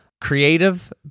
Creative